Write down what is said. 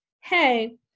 Hey